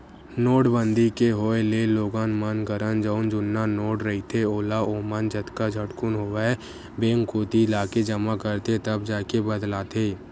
नोटबंदी के होय ले लोगन मन करन जउन जुन्ना नोट रहिथे ओला ओमन जतका झटकुन होवय बेंक कोती लाके जमा करथे तब जाके बदलाथे